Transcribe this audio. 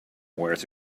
wears